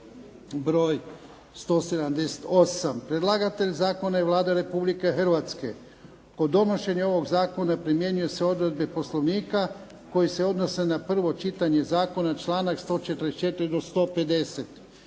br. 178 Predlagatelj zakona je Vlada Republike Hrvatske. Kod donošenja ovoga zakona primjenjuju se odredbe Poslovnika koje se odnose na prvo čitanje zakona članak 144. do 150.